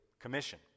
Commission